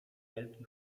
wielki